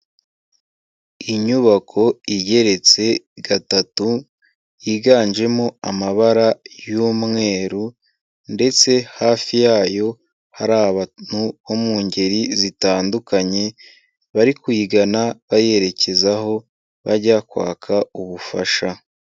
Inyubako igeretse gatatu, yiganjemo amabara y'umweru ndetse hafi yayo hari abantu bo mu ngeri zitandukanye, bari kuyigana bayerekezaho, bajya kwaka ubufasha.